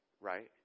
right